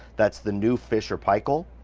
that's the new fisher pickle